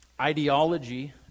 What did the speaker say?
Ideology